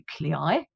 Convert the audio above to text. nuclei